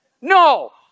No